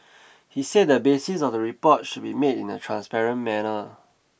he said the basis of the report should be made in a transparent manner